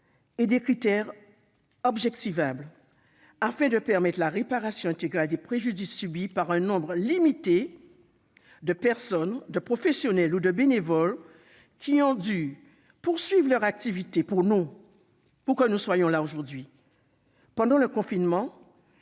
et des critères objectivables, afin de permettre la réparation intégrale des préjudices subis par un nombre limité de personnes, professionnels ou bénévoles ayant dû poursuivre leurs activités pendant le confinement pour que nous soyons là, aujourd'hui, et qui en